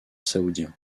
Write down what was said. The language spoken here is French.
saoudien